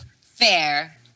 Fair